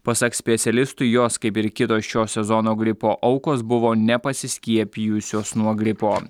pasak specialistų jos kaip ir kitos šio sezono gripo aukos buvo nepasiskiepijusios nuo gripo